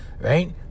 right